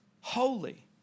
holy